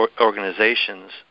organizations